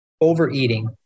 overeating